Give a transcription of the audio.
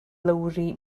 lowri